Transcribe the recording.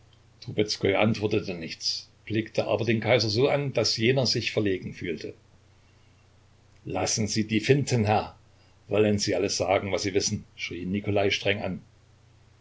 antwortete nichts blickte aber den kaiser so an daß jener sich verlegen fühlte lassen sie die finten herr wollen sie alles sagen was sie wissen schrie ihn nikolai streng an